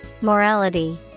Morality